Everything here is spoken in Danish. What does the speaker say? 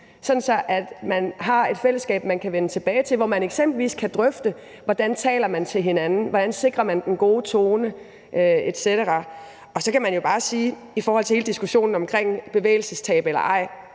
man kan vende tilbage til, hvor man eksempelvis kan drøfte, hvordan man taler til hinanden; hvordan man sikrer den gode tone etc. Så kan man bare sige i forhold til hele diskussionen omkring bevægelsestab eller ej,